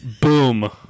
Boom